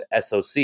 SOC